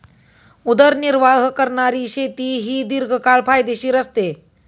उदरनिर्वाह करणारी शेती ही दीर्घकाळ फायदेशीर असते